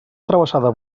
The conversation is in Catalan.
travessada